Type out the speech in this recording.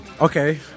Okay